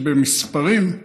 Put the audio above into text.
שבמספרים,